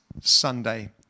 Sunday